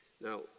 Now